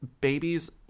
babies